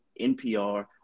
NPR